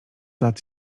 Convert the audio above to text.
lat